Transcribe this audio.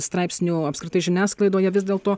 straipsnių apskritai žiniasklaidoje vis dėlto